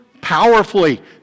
powerfully